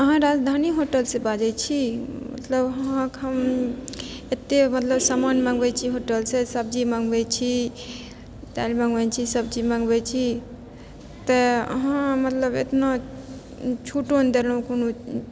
अहाँ राजधानी होटलसँ बाजैत छी मतलब अहाँके हम एतेक मतलब सामान मँगबैत छी होटलसँ सब्जी मँगबैत छी दालि मँगबैत छी सब्जी मँगबैत छी तऽ अहाँ मतलब एतना छूटो नहि देलहुँ कोनो